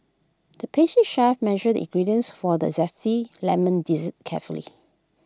the pastry chef measured ingredients for the Zesty Lemon Dessert carefully